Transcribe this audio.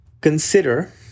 consider